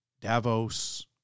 Davos